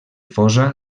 fosa